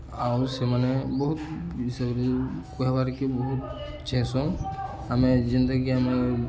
ଆଉ ସେମାନେ ବହୁତ୍ ବିଷୟରେ କହେବାର୍କେ ବହୁତ୍ ଚାହେଁସନ୍ ଆମେ ଯେନ୍ତାକି ଆମେ